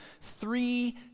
three